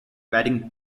batting